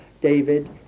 David